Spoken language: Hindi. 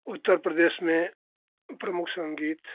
उत्तर प्रदेश में प्रमुख संगीत